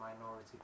minority